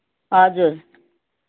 हजुर